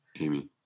Amy